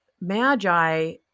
Magi